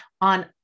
on